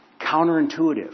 counterintuitive